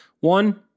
One